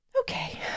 Okay